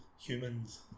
Humans